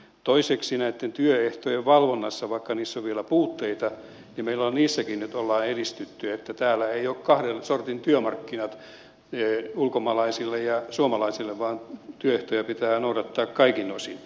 toiseksi näitten työehtojen valvonnassakin vaikka niissä on vielä puutteita on meillä nyt edistytty eli täällä ei ole kahden sortin työmarkkinat ulkomaalaisille ja suomalaisille vaan työehtoja pitää noudattaa kaikin osin